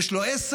יש לו עסק.